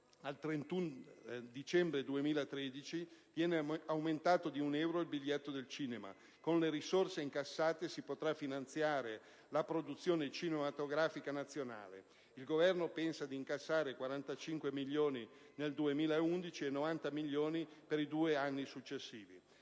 al 31 dicembre 2013 il biglietto del cinema subirà un aumento di un euro. Con le risorse incassate si potrà finanziare la produzione cinematografica nazionale (il Governo pensa di incassare 45 milioni nel 2011 e 90 milioni per i due anni successivi).